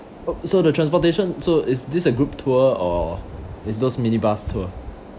oh so the transportation so is this a group tour or is those minibus tour